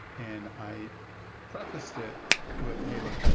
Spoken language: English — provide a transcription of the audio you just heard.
and i prefaced it with, hey, look.